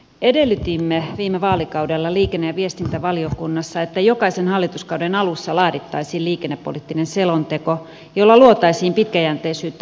edellytimme viime vaalikaudella liikenne ja viestintävaliokunnassa että jokaisen hallituskauden alussa laadittaisiin liikennepoliittinen selonteko jolla luotaisiin pitkäjänteisyyttä